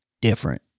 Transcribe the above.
different